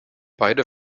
beide